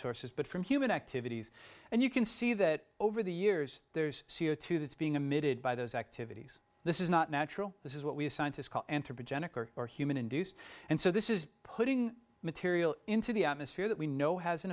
sources but from human activities and you can see that over the years there's c o two that's being emitted by those activities this is not natural this is what we as scientists call anthropogenic or or human induced and so this is putting material into the atmosphere that we know has an